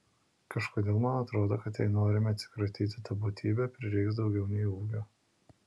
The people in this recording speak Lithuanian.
kažkodėl man atrodo kad jei norime atsikratyti ta būtybe prireiks daugiau nei ūgio